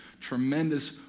tremendous